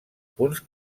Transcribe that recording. punts